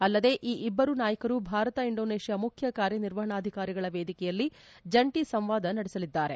ಅಲ್ಲದೆ ಈ ಇಬ್ಬರೂ ನಾಯಕರು ಭಾರತ ಇಂಡೋನೇಷ್ಯಾ ಮುಖ್ಯ ಕಾರ್ಯ ನಿರ್ವಹಣಾಧಿಕಾರಿಗಳ ವೇದಿಕೆಯಲ್ಲಿ ಜಂಟ ಸಂವಾದ ನಡೆಸಲಿದ್ದಾರೆ